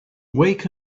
wake